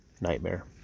Nightmare